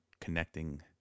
connecting